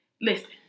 listen